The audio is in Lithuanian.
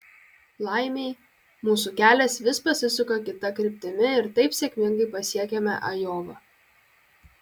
laimei mūsų kelias vis pasisuka kita kryptimi ir taip sėkmingai pasiekiame ajovą